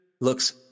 looks